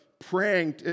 praying